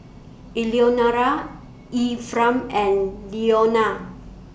Eleonora Ephram and Leonia